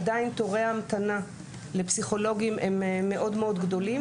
עדיין תורי ההמתנה לפסיכולוגים הם מאוד מאוד גדולים